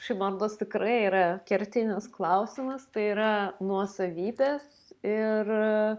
kažkaip man rodos tikrai yra kertinis klausimas tai yra nuosavybės ir